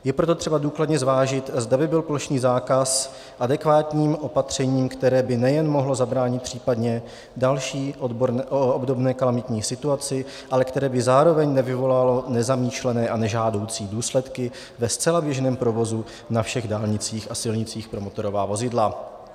Je proto třeba důkladně zvážit, zda by byl plošný zákaz adekvátním opatřením, které by nejen mohlo zabránit případné další obdobné kalamitní situaci, ale které by zároveň nevyvolalo nezamýšlené a nežádoucí důsledky ve zcela běžném provozu na všech dálnicích a silnicích pro motorová vozidla.